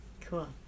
Cool